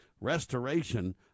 restoration